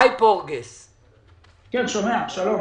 שלום, אני שומע.